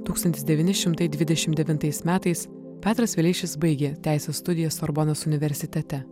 tūkstantis devyni šimtai dvidešimt devintais metais petras vileišis baigė teisės studijas sorbonos universitete